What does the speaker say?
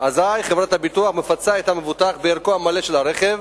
חברת הביטוח מפצה את המבוטח בערכו המלא של הרכב,